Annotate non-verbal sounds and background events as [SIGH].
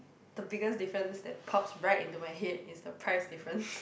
the biggest difference that pops right into my head is the price different [BREATH]